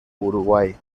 uruguay